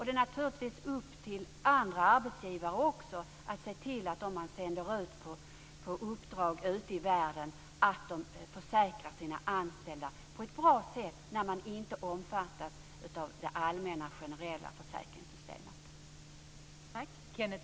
Det är naturligtvis upp till andra arbetsgivare också att se till att man, när man sänder ut anställda på uppdrag ute i världen, försäkrar sina anställda på ett bra sätt när de inte omfattas av det allmänna, generella försäkringssystemet.